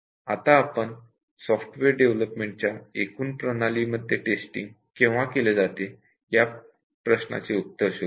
आत्ता आपण " सॉफ्टवेअर डेव्हलपमेंटच्या एकूण प्रणालीमध्ये टेस्टिंग केव्हा केले जाते " या प्रश्नाचे उत्तर शोधूया